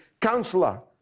councillor